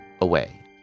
away